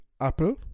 Apple